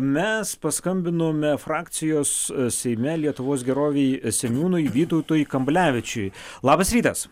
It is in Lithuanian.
mes paskambinome frakcijos seime lietuvos gerovei seniūnui vytautui kamblevičiui labas rytas